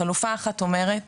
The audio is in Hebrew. חלופה אחת אומרת